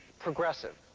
progressive.